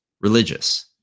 religious